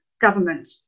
government